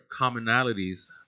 commonalities